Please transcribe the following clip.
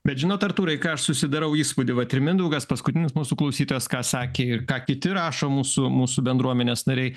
bet žinot artūrai ką aš susidarau įspūdį vat ir mindaugas paskutinis mūsų klausytojas ką sakė ir ką kiti rašo mūsų mūsų bendruomenės nariai